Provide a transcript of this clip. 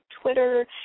Twitter